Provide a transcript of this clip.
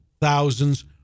Thousands